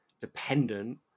dependent